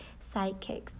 sidekicks